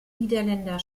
niederländer